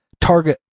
Target